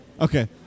Okay